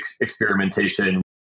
experimentation